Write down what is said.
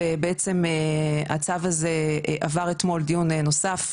ובעצם הצו הזה עבר אתמול דיון נוסף,